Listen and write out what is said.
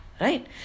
right